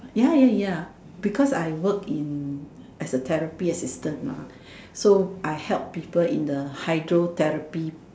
ya ya ya because I work in as a therapy assistant mah so I help people in the hydrotherapy